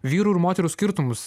vyrų ir moterų skirtumus